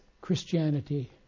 Christianity